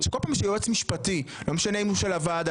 כל פעם שמדבר יועץ משפטי לא משנה אם הוא של הוועדה